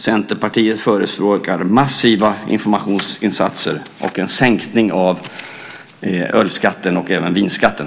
Centerpartiet föreslår massiva informationsinsatser och en sänkning av öl och vinskatten.